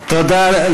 תודה,